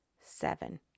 seven